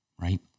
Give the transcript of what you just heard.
right